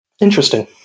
Interesting